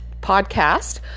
podcast